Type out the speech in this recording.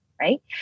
right